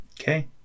Okay